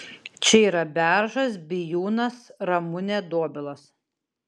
čia yra beržas bijūnas ramunė dobilas